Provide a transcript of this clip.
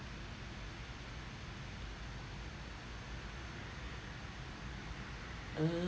uh